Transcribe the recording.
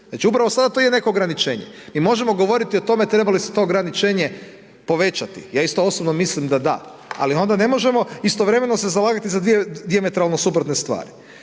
Znači upravo sada to je neko ograničenje. Mi možemo govoriti o tome treba li se to ograničenje povećati. Ja osobno mislim da da, ali onda ne možemo istovremeno se zalagati za dvije dijametralno suprotne stvari.